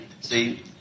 see